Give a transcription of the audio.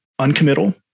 uncommittal